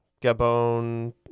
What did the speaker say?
Gabon